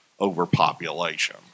Overpopulation